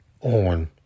on